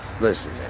listen